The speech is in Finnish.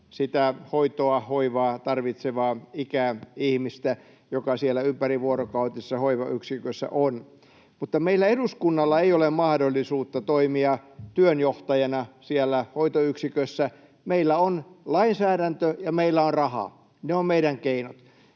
sitä hoitoa ja hoivaa tarvitsevaa ikäihmistä, joka siellä ympärivuorokautisessa hoivayksikössä on. Mutta meillä, eduskunnalla, ei ole mahdollisuutta toimia työnjohtajana hoitoyksikössä. Meillä on lainsäädäntö, ja meillä on raha. Ne ovat meidän keinomme.